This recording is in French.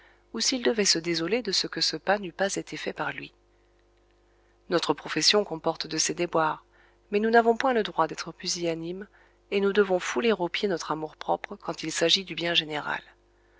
ou s'il devait se désoler de ce que ce pas n'eût pas été fait par lui notre profession comporte de ces déboires mais nous n'avons point le droit d'être pusillanime et nous devons fouler aux pieds notre amour-propre quand il s'agit du bien général